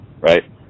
right